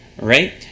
right